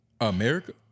America